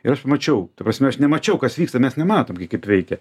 ir aš mačiau ta prasme aš nemačiau kas vyksta mes nematom gi kaip veikia